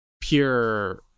pure